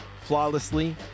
flawlessly